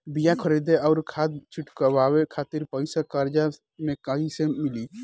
बीया खरीदे आउर खाद छिटवावे खातिर पईसा कर्जा मे कहाँसे मिली?